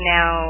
Now